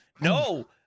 no